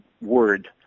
word